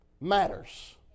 matters